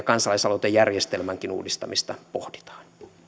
kansalaisaloitejärjestelmänkin uudistamista pohditaan